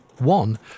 One